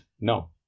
No